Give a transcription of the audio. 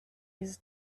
his